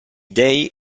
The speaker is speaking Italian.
dei